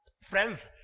Friends